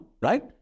right